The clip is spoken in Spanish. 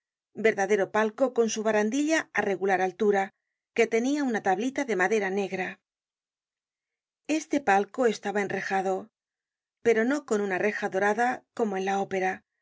verdadero palco con su barandilla á regular altura que tenia una tablita de madera negra este palco estaba enrejado pero no con una reja dorada como en a ópera